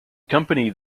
company